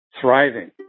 thriving